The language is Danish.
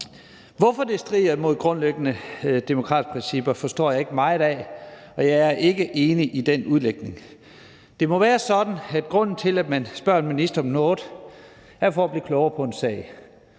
Hvorfor det strider mod grundlæggende demokratiske principper, forstår jeg ikke meget af, og jeg er ikke enig i den udlægning. Det må være sådan, at grunden til, at man spørger en minister om noget, er, at man vil blive klogere på en sag